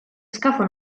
scafo